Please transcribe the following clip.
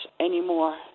anymore